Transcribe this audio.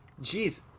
Jeez